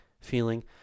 feeling